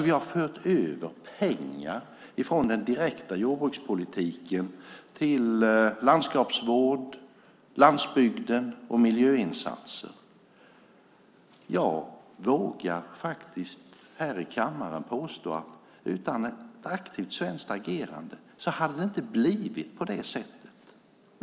Vi har fört över pengar ifrån den direkta jordbrukspolitiken till landskapsvård, landsbygden och miljöinsatser. Jag vågar faktiskt här i kammaren påstå att utan ett aktivt svenskt agerande hade det inte blivit på det sättet.